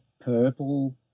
purple